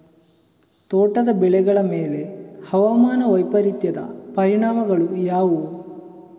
ತೋಟದ ಬೆಳೆಗಳ ಮೇಲೆ ಹವಾಮಾನ ವೈಪರೀತ್ಯದ ಪರಿಣಾಮಗಳು ಯಾವುವು?